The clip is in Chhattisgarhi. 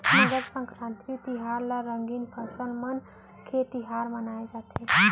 मकर संकरांति तिहार ल रंगीन फसल मन के तिहार माने जाथे